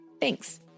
Thanks